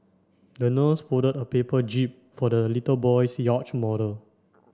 the nurse folded a paper jib for the little boy's yacht model